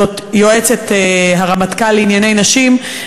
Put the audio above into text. הוא של יועצת הרמטכ"ל לענייני נשים.